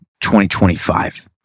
2025